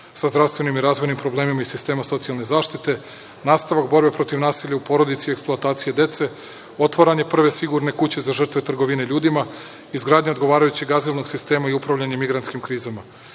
sa zdravstvenim i razvojnim problemima iz sistema socijalne zaštite, nastavak borbe protiv nasilja u porodici i eksploatacije dece, otvaranje prve sigurne kuće za žrtve trgovine ljudima, izgradnja odgovarajuće azilnog sistema i upravljanje migrantskim krizama. Radi